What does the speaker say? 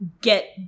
Get